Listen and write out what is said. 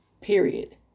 Period